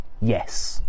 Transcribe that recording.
Yes